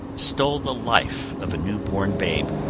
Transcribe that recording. stole the life of a new born babe.